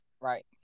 Right